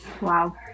Wow